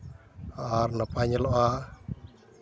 ᱟᱨ ᱱᱟᱯᱟᱭ ᱧᱮᱞᱚᱜᱼᱟ